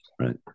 Right